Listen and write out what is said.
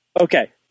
Okay